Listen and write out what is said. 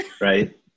right